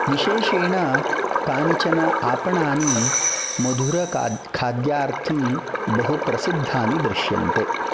विशेषेण कानिचन अपणानि मधुर खाद्यार्थं बहु प्रसिद्धानि दृष्यन्ते